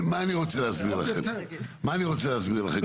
מה אני רוצה להסביר לכם?